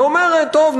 שאומרת: טוב,